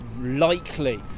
likely